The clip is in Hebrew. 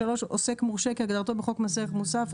עוסק מורשה כהגדרתו בחוק מס ערך מוסף,